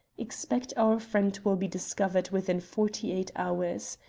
expect our friend will be discovered within forty-eight hours.